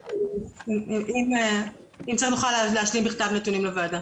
אם צריך, אוכל להשלים נתונים בכתב לוועדה.